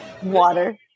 Water